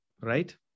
right